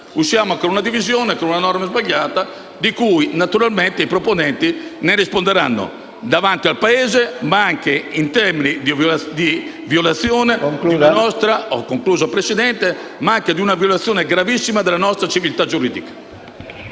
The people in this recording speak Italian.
usciamo invece divisi, con una norma sbagliata, di cui naturalmente i proponenti risponderanno davanti al Paese, anche in termini di violazione gravissima della nostra civiltà giuridica.